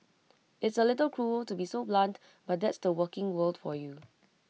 it's A little cruel to be so blunt but that's the working world for you